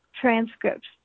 transcripts